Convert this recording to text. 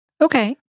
Okay